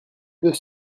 deux